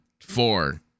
four